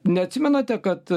neatsimenate kad